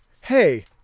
hey